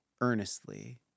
earnestly